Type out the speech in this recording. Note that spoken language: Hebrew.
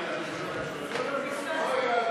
ההסתייגות לחלופין של קבוצת סיעת המחנה הציוני לסעיף 1 לא נתקבלה.